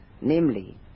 Namely